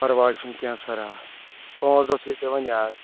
پرواے چھُنہٕ کینہہ سَر آ پانٛژھ دۄہ تھٲیو تُہۍ وۄنۍ یاد